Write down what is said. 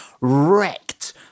wrecked